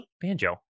banjo